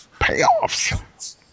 Payoffs